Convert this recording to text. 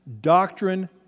Doctrine